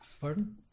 Pardon